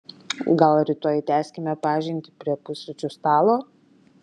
gal rytoj tęskime pažintį prie pusryčių stalo